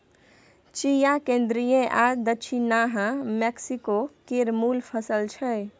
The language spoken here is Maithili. चिया केंद्रीय आ दछिनाहा मैक्सिको केर मुल फसल छै